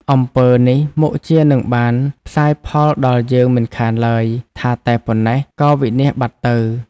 អំពើនេះមុខជានឹងបានផ្សាយផលដល់យើងមិនខានឡើយ” ថាតែប៉ុណ្ណេះ ក៏វិនាសបាត់ទៅ ។